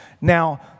Now